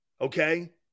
Okay